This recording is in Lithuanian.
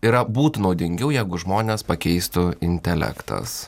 yra būtų naudingiau jeigu žmones pakeistų intelektas